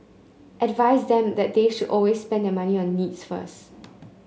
advise them that they should always spend their money on needs first